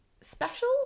special